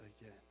again